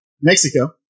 Mexico